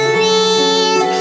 real